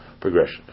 progression